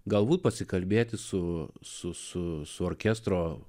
galbūt pasikalbėti su su su su orkestro